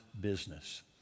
business